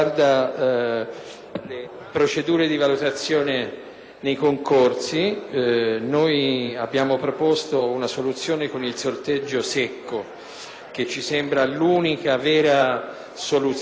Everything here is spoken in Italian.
procedure di valutazione dei concorsi: noi abbiamo proposto una soluzione con il sorteggio secco che ci sembra l'unica in grado di impedire